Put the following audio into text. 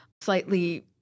slightly